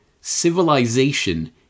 Civilization